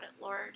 Lord